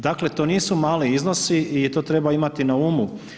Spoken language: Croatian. Dakle, to nisu mali iznosi i to treba imati na umu.